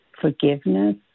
forgiveness